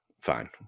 Fine